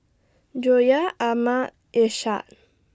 Joyah Ahmad Ishak